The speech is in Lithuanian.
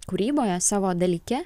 kūryboje savo dalyke